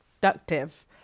productive